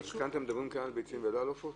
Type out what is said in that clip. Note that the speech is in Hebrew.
כאן אתם מדברים על ביצים ולא על עופות?